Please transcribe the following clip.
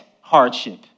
hardship